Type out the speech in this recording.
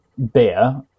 beer